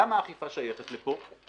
למה האכיפה שייכת לפה?